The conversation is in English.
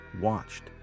watched